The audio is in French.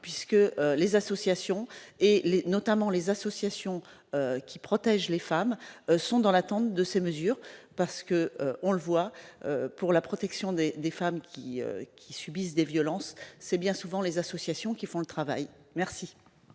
puisque les associations et les notamment les associations qui protège les femmes sont dans l'attente de ces mesures parce que, on le voit pour la protection des des femmes qui, qui subissent des violences, c'est bien souvent les associations qui font le travail, merci.